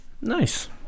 nice